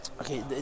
Okay